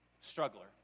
struggler